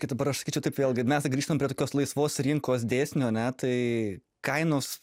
ta dabar aš sakyčiau taip vėlgi mes grįžtam prie tokios laisvos rinkos dėsnio ane tai kainos